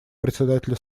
председателя